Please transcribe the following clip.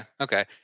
Okay